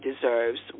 deserves